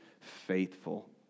faithful